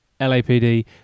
LAPD